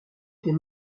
était